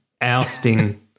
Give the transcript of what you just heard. ousting